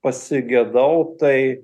pasigedau tai